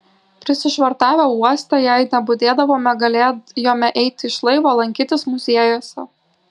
prisišvartavę uoste jei nebudėdavome galėjome eiti iš laivo lankytis muziejuose